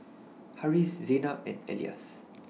Harris Zaynab and Elyas